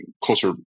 closer